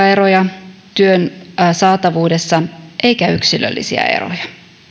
alueellisia eroja työn saatavuudessa eikä yksilöllisiä eroja